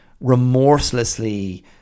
remorselessly